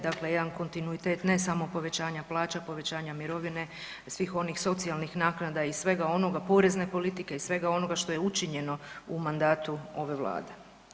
Dakle, jedan kontinuitet ne samo povećanja plaća, povećanja mirovine, svih onih socijalnih naknada i svega onoga, porezne politike i svega onoga što je učinjeno u mandatu ove Vlade.